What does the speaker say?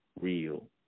real